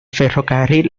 ferrocarril